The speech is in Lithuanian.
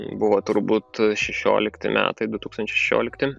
buvo turbūt šešiolikti metai du tūkstančiai šešiolikti